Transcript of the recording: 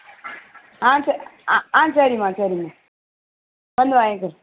ஆ சே ஆ ஆ சரிம்மா சரிம்மா வந்து வாங்கிக்கிறேன்